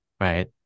right